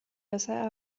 besser